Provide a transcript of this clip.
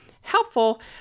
Helpful